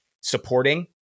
supporting